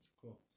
cool